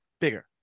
bigger